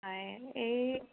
নাই এই